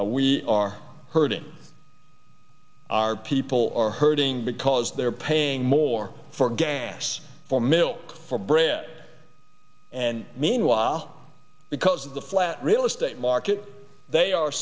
that we are hurting our people are hurting because they're paying more for gas for milk for bread and meanwhile because of the flat real estate market they are